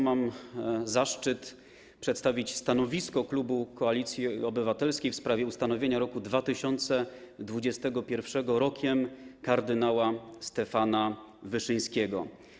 Mam zaszczyt przedstawić stanowisko klubu Koalicji Obywatelskiej w sprawie ustanowienia roku 2021 Rokiem kardynała Stefana Wyszyńskiego.